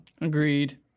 agreed